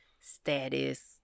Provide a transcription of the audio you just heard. status